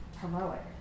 heroic